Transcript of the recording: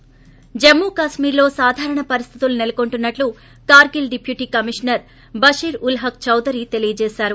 ి జమ్మూ కాశ్మీ ర్లో సాధారణ పరిస్లితులు నెలకొంటున్నట్టు కార్గిల్ డిప్యూటీ కమిషనర్ బషీర్ ఉల్ హక్ చౌదరి తెలియజేశారు